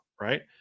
right